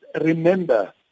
remember